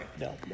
no